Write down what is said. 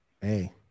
Hey